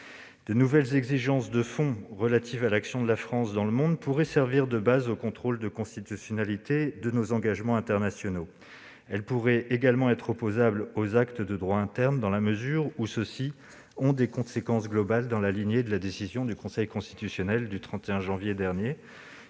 De nouvelles exigences de fond relatives à l'action de la France dans le monde pourraient servir de base au contrôle de constitutionnalité de nos engagements internationaux. Elles pourraient, également, être opposables aux actes de droit interne, dans la mesure où ceux-ci ont des conséquences globales dans la lignée de la décision du Conseil constitutionnel du 31 janvier 2020,